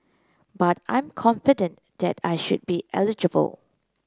but I'm confident that I should be eligible